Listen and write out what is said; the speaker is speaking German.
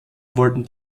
wollen